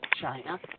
China